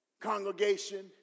congregation